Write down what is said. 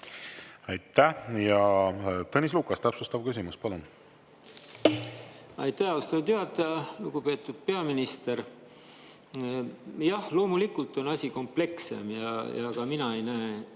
Aitäh! Tõnis Lukas, täpsustav küsimus, palun! Aitäh, austatud juhataja! Lugupeetud peaminister! Jah, loomulikult on asi komplekssem. Ka mina ei näe,